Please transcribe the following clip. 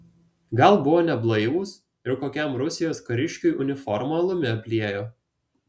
gal buvo neblaivūs ir kokiam rusijos kariškiui uniformą alumi apliejo